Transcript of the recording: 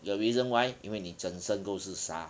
the reason why 因为你整身都是沙